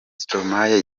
stromae